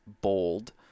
bold